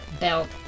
belt